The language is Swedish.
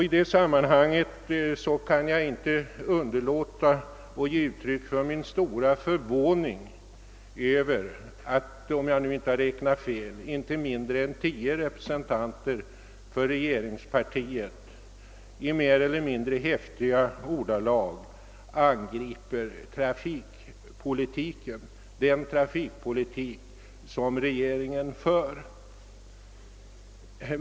I detta sammanhang kan jag inte underlåta att ge uttryck åt min stora förvåning över att, om jag inte har räknat fel, inte mindre än tio representanter för regeringspartiet i mer eller mindre häftiga ordalag angriper trafikpolitiken — den trafikpolitik som regeringen för.